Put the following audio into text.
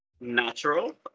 natural